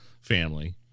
family